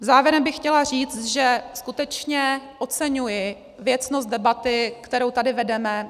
Závěrem bych chtěla říct, že skutečně oceňuji věcnost debaty, kterou tady vedeme.